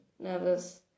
nervous